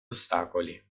ostacoli